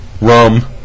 rum